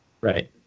Right